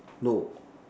no